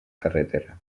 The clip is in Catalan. carretera